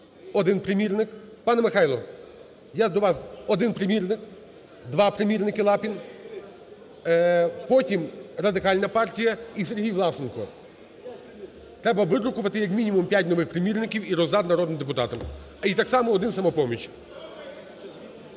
один примірник. Пане Михайло, я до вас! Один примірник. Два примірники. Лапін. Потім Радикальна партія і Сергій Власенко. Треба видрукувати, як мінімум, п'ять нових примірників і роздати народним депутатам. І так само один – "Самопоміч".